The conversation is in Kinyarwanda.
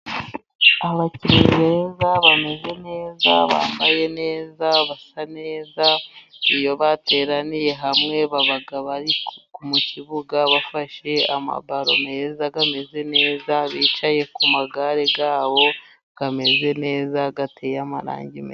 Abakinnyi beza bameze neza, bambaye neza, basa neza. Iyo bateraniye hamwe baba bari mu kibuga bafashe amabalo meza, ameze neza bicaye ku magare yabo ameze neza, ateye y'amarangi...